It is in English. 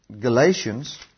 Galatians